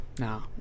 No